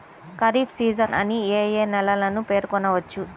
Kharif season అని ఏ ఏ నెలలను పేర్కొనవచ్చు?